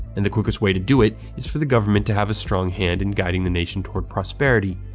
and the quickest way to do it is for the government to have a strong hand in guiding the nation toward prosperity.